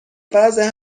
وضع